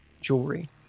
jewelry